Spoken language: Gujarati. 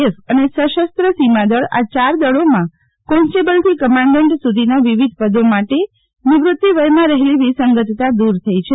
એફ અને સશસ્ત્ર સીમા દળ આ ચાર દળોમાં કોન્સ્ટેબલથી કમાન્ડન્ટ સુધીના વિવિધ પદો માટે નિવૃતીવયમાં રફેલી વિસંગતતા દુર થઈ છે